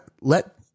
let